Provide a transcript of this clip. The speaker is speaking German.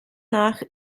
nach